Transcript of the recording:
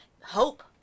hope